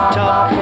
talk